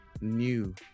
new